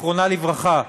זיכרונה לברכה,